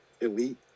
elite